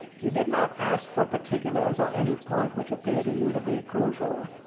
you did not ask for particulars on any point which appeared to you to be crucial?